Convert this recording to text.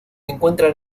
encuentran